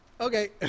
Okay